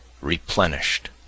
replenished